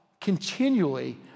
continually